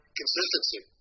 consistency